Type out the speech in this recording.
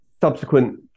subsequent